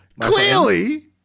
Clearly